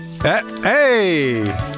Hey